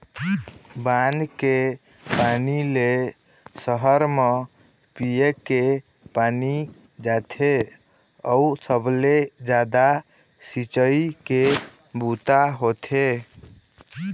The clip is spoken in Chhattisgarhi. बांध के पानी ले सहर म पीए के पानी जाथे अउ सबले जादा सिंचई के बूता होथे